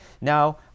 now